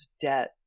debt